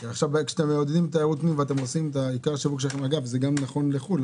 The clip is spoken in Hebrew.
כשאתם מעודדים תיירות פנים ועושים - זה גם נכון לחו"ל,